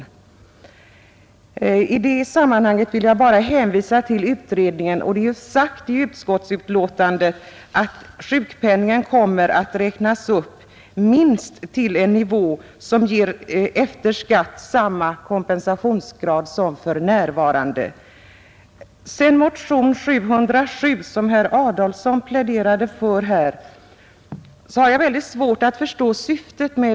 I det sammanhanget vill jag bara hänvisa till utredningen. Det är ju sagt i utskottsbetänkandet att sjukpenningen kommer att räknas upp minst till en nivå som efter skatt ger samma kompensationsgrad som för närvarande. Beträffande motionen 707, som herr Adolfsson pläderade för, har jag mycket svårt att förstå syftet.